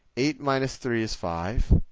eight minus three is five.